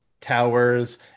towers